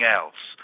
else